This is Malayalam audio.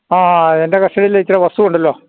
ആ എൻ്റെ കസ്റ്റഡിയില് ഇത്ര വസ്തുവുണ്ടല്ലോ